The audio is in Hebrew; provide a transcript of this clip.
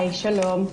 שלום.